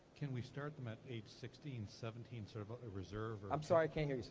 can we start them at age sixteen, seventeen, sort of a reserve, or i'm sorry, can't hear you, sir.